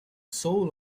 sole